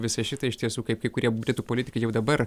visą šitą iš tiesų kaip kai kurie britų politikai jau dabar